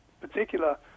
particular